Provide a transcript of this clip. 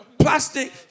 plastic